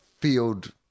field